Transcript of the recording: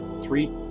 three